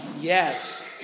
yes